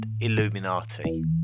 Illuminati